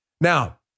Now